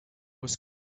was